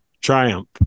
Triumph